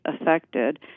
affected